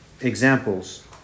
examples